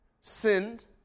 sinned